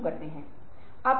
निर्णय निर्माता क्या है